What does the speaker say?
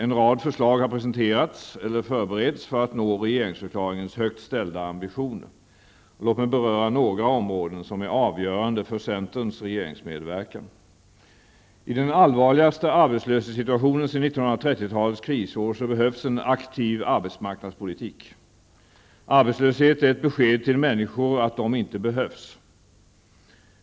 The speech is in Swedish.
En rad förslag har presenterats eller förberetts för att nå regeringsförklaringens högt ställda ambitioner. Låt mig beröra några områden som är avgörande för centerns regeringsmedverkan. I den allvarligaste arbetslöshetssituationen sedan 1930-talets krisår, behövs en aktiv arbetsmarknadspolitik. Arbetslöshet är ett besked till människor om att de inte behövs.